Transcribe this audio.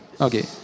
Okay